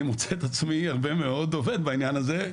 אני מוצא את עצמי הרבה מאוד עובד בעניין הזה,